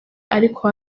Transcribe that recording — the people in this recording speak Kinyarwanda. ariko